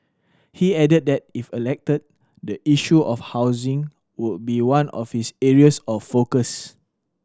he added that if elected the issue of housing would be one of his areas of focus